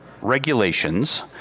regulations